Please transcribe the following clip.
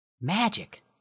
Magic